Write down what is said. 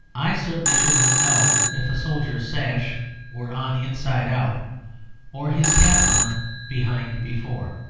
i certainly should not know if a soldier's sash were on inside out or his cap on behind before.